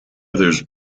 others